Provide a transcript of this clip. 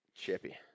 Chippy